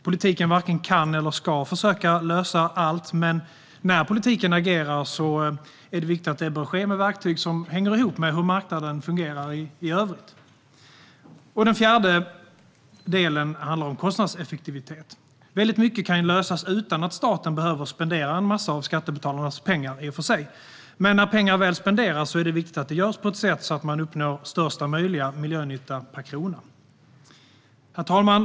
Politiken varken kan eller ska försöka lösa allt, men när politiken agerar är det viktigt att det sker med verktyg som hänger ihop med hur marknaden fungerar i övrigt. Det fjärde handlar om kostnadseffektivitet. Väldigt mycket kan i och för sig lösas utan att staten behöver spendera en massa av skattebetalarnas pengar. Men när pengar väl spenderas är det viktigt att det görs på ett sätt så att man uppnår största möjliga miljönytta per krona. Herr talman!